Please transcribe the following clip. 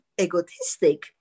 egotistic